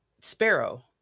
Sparrow